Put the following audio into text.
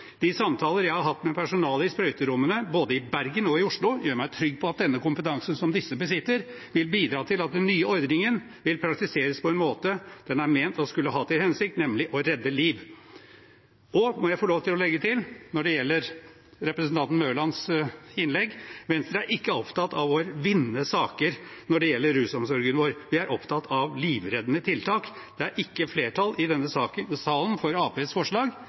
De samtaler jeg har hatt med personale i sprøyterommene, både i Bergen og i Oslo, gjør meg trygg på at den kompetansen de besitter, vil bidra til at den nye ordningen vil praktiseres på en måte den er ment å skulle ha til hensikt: nemlig å redde liv. Jeg må få lov til å legge til, når det gjelder representanten Mørlands innlegg, at Venstre ikke er opptatt av å vinne saker når det gjelder rusomsorgen vår. Vi er opptatt av livreddende tiltak. Det er ikke flertall i denne salen for Arbeiderpartiets forslag,